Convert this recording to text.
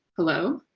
hello.